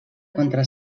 contra